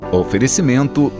oferecimento